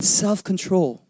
self-control